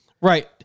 Right